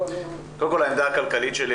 קודם כל העמדה הכלכלית שלי,